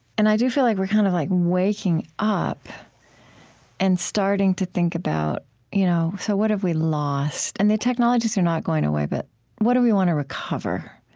and i do feel like we're kind of like waking up and starting to think about you know so what have we lost? and the technologies are not going away, but what do we want to recover?